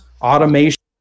automation